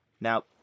Now